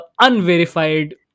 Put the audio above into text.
unverified